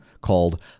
called